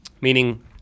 Meaning